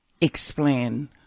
explain